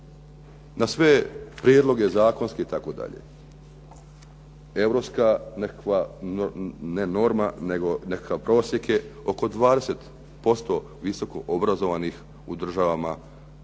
na sve prijedloge zakonske itd. Europska nekakva norma, ne norma nego nekakav prosjek je oko 20% visoko obrazovanih u državama Europske